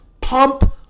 pump